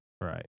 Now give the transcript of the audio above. Right